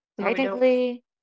Technically